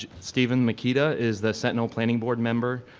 stephen makita is the sentinel planning board member,